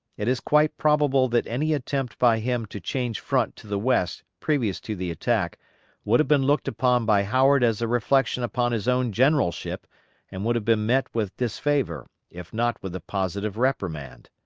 it is quite probable that any attempt by him to change front to the west previous to the attack would have been looked upon by howard as a reflection upon his own generalship and would have been met with disfavor, if not with a positive reprimand.